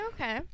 okay